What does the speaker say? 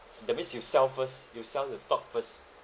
that means you sell first you sell the stock first